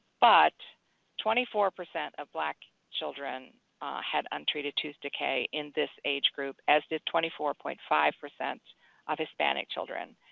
but twenty four percent of black children had untreated tooth decay in this age group, as did twenty four point five of of hispanic children.